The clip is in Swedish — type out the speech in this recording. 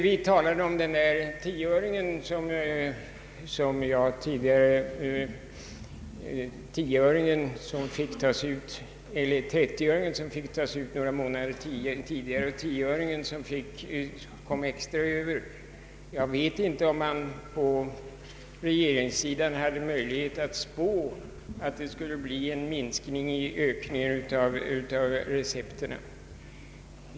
Vi talade om de 30 öre som fick tas ut några månader tidigare och tioöringen som fick tas ut extra. Jag vet inte om man på regeringssidan hade möjlig het att spå att det skulle bli en tillbakagång i ökningen av antalet recept.